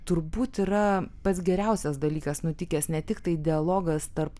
turbūt yra pats geriausias dalykas nutikęs ne tik tai dialogas tarp